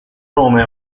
nome